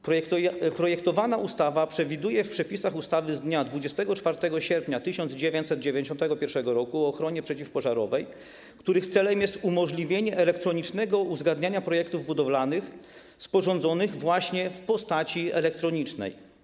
Projektowana ustawa przewiduje w przepisach ustawy z dnia 24 sierpnia 1991 r. o ochronie przeciwpożarowej, których celem jest umożliwienie elektronicznego uzgadniania projektów budowlanych sporządzonych właśnie w postaci elektronicznej.